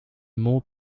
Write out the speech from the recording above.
more